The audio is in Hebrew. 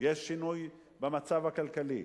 יש שינוי במצב הכלכלי.